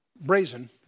brazen